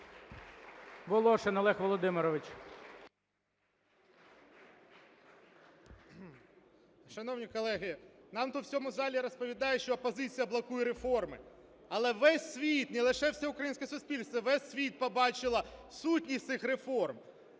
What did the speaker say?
Волошин Олег Володимирович. 11:34:30 ВОЛОШИН О.А. Шановні колеги, нам тут в цьому залі розповідають, що опозиція блокує реформи. Але весь світ, не лише все українське суспільство, весь світ побачив сутність цих реформ.